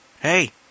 hey